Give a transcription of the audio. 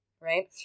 right